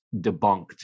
debunked